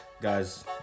guys